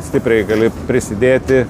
stipriai gali prisidėti